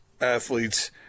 athletes